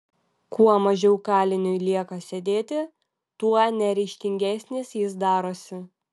kuo mažiau kaliniui lieka sėdėti tuo neryžtingesnis jis darosi